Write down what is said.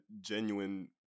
genuine